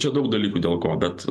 čia daug dalykų dėl ko bet